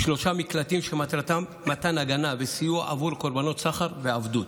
שלושה מקלטים שמטרתם מתן הגנה וסיוע לקורבנות סחר ועבדות.